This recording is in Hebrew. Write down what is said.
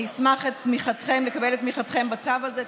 אני אשמח לקבל את תמיכתכם בצו הזה.